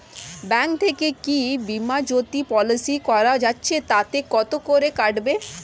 Bank থেকে কী Bima Jyoti policy করা যাচ্ছে তাতে কত করে কাটবে?